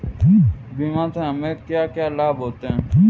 बीमा से हमे क्या क्या लाभ होते हैं?